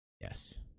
Yes